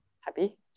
Happy